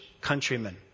countrymen